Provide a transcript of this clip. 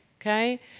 okay